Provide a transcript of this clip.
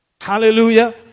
Hallelujah